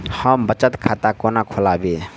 हम बचत खाता कोना खोलाबी?